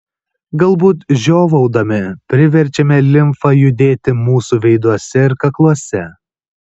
galbūt žiovaudami priverčiame limfą judėti mūsų veiduose ir kakluose